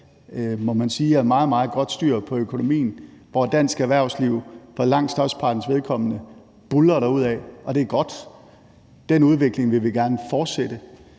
meget godt styr på økonomien, og hvor dansk erhvervsliv for langt størstepartens vedkommende buldrer derudaf, og det er godt. Den udvikling vil vi gerne fortsætte,